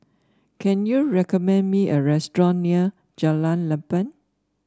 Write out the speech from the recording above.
can you recommend me a restaurant near Jalan Lempeng